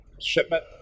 shipment